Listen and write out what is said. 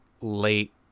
late